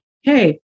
hey